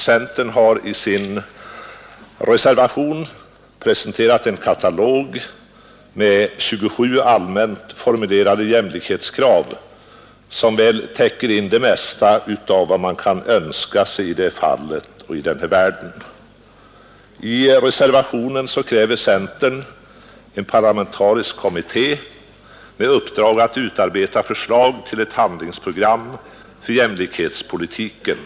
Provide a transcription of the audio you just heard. Centern har i sin motion presenterat en katalog med 27 allmänt formulerade jämlikhetskrav som täcker in det mesta av vad man kan önska sig i det fallet. I reservationen kräver centern en parlamentarisk kommitté med uppdrag att utarbeta förslag till ett handlingsprogram för jämlikhetspolitiken.